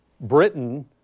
Britain